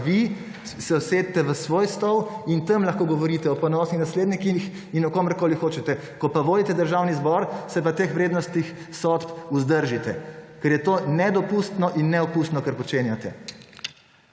pa vi se usedite v svoj stol in tam lahko govorite o ponosnih naslednikih in o komerkoli hočete. Ko pa vodite državni zbor se pa teh vrednostnih sodb vzdržite, ker je to nedopustno in neokusno kar počenjate.